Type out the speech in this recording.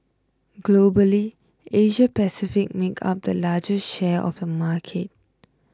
Globally Asia Pacific makes up the largest share of the market